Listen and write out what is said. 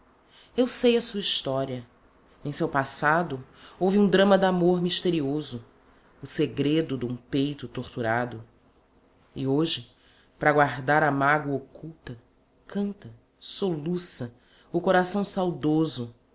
eu sei a sua história em seu passado houve um drama damor misterioso o segredo dum peito torturado e hoje para guardar a mágoa oculta canta soluça o coração saudoso